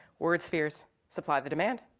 word spheres supply the demand,